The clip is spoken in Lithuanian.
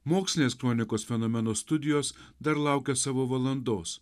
mokslinės kronikos fenomeno studijos dar laukia savo valandos